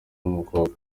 n’umukobwa